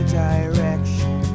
direction